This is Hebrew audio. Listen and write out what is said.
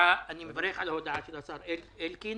על ההודעה של השר אלקין.